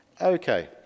Okay